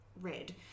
red